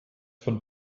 von